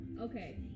okay